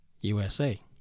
USA